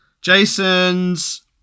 Jason's